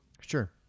Sure